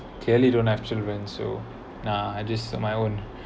clearly don't have children so nah I just on my own